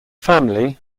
family